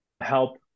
help